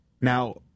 Now